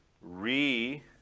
re